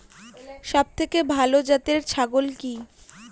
সবথেকে ভালো জাতের ছাগল কি?